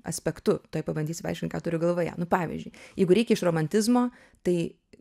aspektu tuoj pabandysiu paaiškint ką turiu galvoje nu pavyzdžiui jeigu reikia iš romantizmo tai